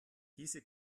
diese